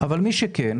אבל מי שכן,